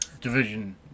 division